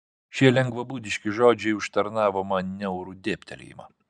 šie lengvabūdiški žodžiai užtarnavo man niaurų dėbtelėjimą